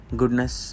goodness